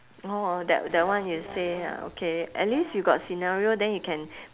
orh that that one you say ah okay at least you got scenario then you can